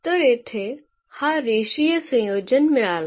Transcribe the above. तर येथे हा रेषीय संयोजन मिळाला